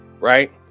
right